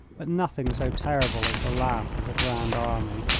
but nothing so terrible as the laugh of the grand army.